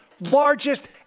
largest